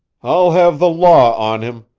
i'll have the law on him!